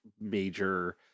major